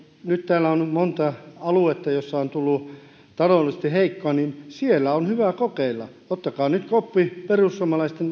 nyt kun täällä on monta aluetta joilla on ollut taloudellisesti heikkoa niin siellä on hyvä kokeilla ottakaa nyt koppi perussuomalaisten